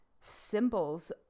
symbols